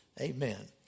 Amen